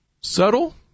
Subtle